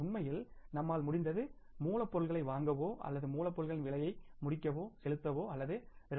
உண்மையில் நம்மால் முடிந்தது மூலப்பொருளை வாங்கவோ அல்லது மூலப்பொருட்களின் விலையை முடிக்கவோ செலுத்தவோ அல்லது 2